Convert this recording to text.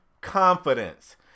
confidence